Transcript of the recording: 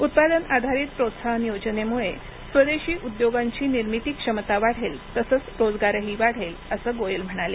उत्पादन आधारित प्रोत्साहन योजनेमुळे स्वदेशी उद्योगांची निर्मिती क्षमता वाढेल तसंच रोजगारही वाढेल असं गोयल म्हणाले